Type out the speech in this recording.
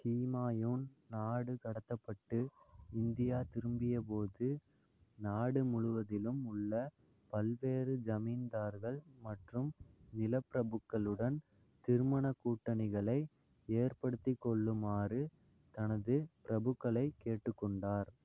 ஹுமாயூன் நாடு கடத்தப்பட்டு இந்தியா திரும்பியபோது நாடு முழுவதிலும் உள்ள பல்வேறு ஜமீன்தார்கள் மற்றும் நிலப்பிரபுக்களுடன் திருமண கூட்டணிகளை ஏற்படுத்தி கொள்ளுமாறு தனது பிரபுக்களை கேட்டுக் கொண்டார்